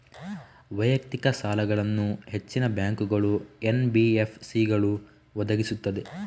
ವೈಯಕ್ತಿಕ ಸಾಲಗಳನ್ನು ಹೆಚ್ಚಿನ ಬ್ಯಾಂಕುಗಳು, ಎನ್.ಬಿ.ಎಫ್.ಸಿಗಳು ಒದಗಿಸುತ್ತವೆ